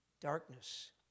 darkness